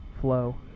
flow